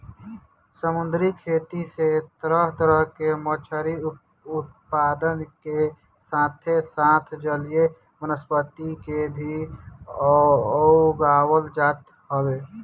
समुंदरी खेती से तरह तरह के मछरी उत्पादन के साथे साथ जलीय वनस्पति के भी उगावल जात हवे